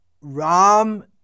Ram